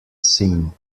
seen